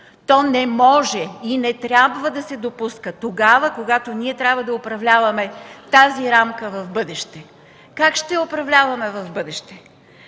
то не може и не трябва да се допуска тогава, когато ние трябва да управляваме тази рамка в бъдеще. Как ще я управляваме в бъдеще?